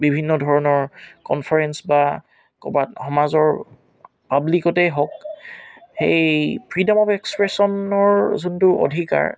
বিভিন্ন ধৰণৰ কনফাৰেন্স বা ক'ৰবাত সমাজৰ পাব্লিকতে হওক সেই ফ্ৰীডম অফ এক্সপ্ৰেশ্যনৰ যোনটো অধিকাৰ